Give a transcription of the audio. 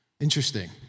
Interesting